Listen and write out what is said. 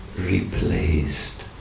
replaced